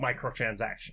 microtransaction